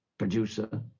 producer